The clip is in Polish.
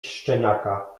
szczeniaka